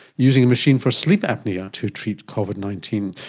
using a machine for sleep apnoea to treat covid nineteen.